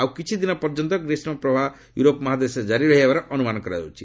ଆଉ କିଛି ଦିନ ପର୍ଯ୍ୟନ୍ତ ଗ୍ରୀଷ୍ମ ପ୍ରବାହ ୟୁରୋପ ମହାଦେଶରେ କାରି ରହିବାର ଅନୁମାନ କରାଯାଇଛି